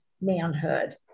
manhood